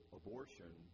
abortion